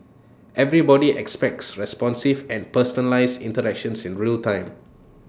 everybody expects responsive and personalised interactions in real time